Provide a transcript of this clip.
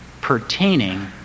pertaining